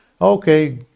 okay